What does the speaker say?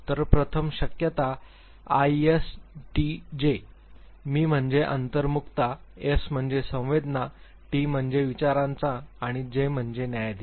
तर प्रथम शक्यता आयएसटीजे मी म्हणजे अंतर्मुखता एस म्हणजे संवेदना टी म्हणजे विचारांचा आणि जे म्हणजे न्यायाधीश